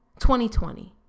2020